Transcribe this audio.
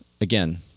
again